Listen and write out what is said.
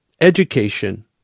Education